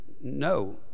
no